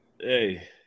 Hey